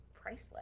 priceless